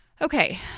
Okay